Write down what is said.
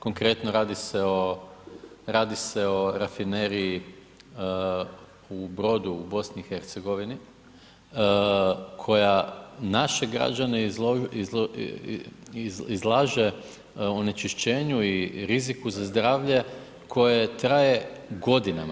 Konkretno, radi se o rafineriji u Brodu u BiH, koja naše građane izlaže onečišćenju i riziku za zdravlje koje traje godinama.